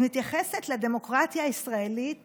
את מתייחסת לדמוקרטיה הישראלית